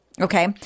okay